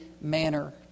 manner